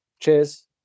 cheers